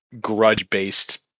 grudge-based